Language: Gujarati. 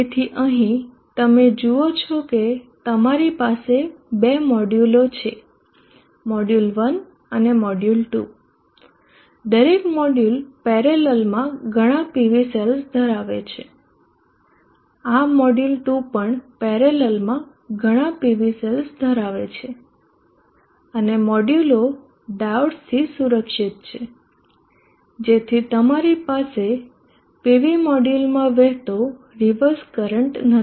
તેથી અહીં તમે જુઓ છો કે તમારી પાસે બે મોડ્યુલો છે મોડ્યુલ 1 અને મોડ્યુલ 2 દરેક મોડ્યુલ પેરેલલમાં ઘણા PV સેલ્સ ધરાવે છે આ મોડ્યુલ 2 પણ પેરેલલમાં ઘણા PV સેલ્સ ધરાવે છે અને મોડ્યુલો ડાયોડ્સથી સુરક્ષિત છે જેથી તમારી પાસે PV મોડ્યુલમાં વહેતો રીવર્સ કરંટ નથી